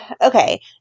Okay